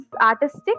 artistic